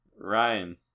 Ryan